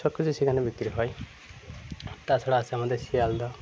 সবকিছুই সেখানে বিক্রি হয় তাছাড়া আছে আমাদের শিয়ালদা